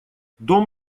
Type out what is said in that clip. дом